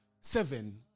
seven